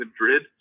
madrid